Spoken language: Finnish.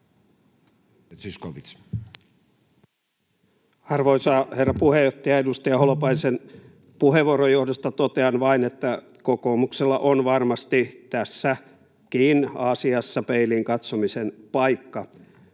Arvoisa herra puheenjohtaja! Edustaja Holopaisen puheenvuoron johdosta totean vain, että kokoomuksella on varmasti tässäkin asiassa peiliin katsomisen paikka.